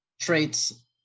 traits